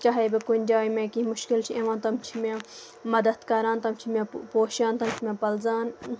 چاہے بہٕ کُنہِ جایہِ مےٚ کینٛہہ مُشکِل چھِ یِوان تِم چھِ مےٚ مدد کران تِم چھِ مےٚ پوشان تِم چھِ مےٚ پَلزان